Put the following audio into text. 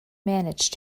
managed